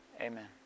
Amen